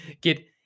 get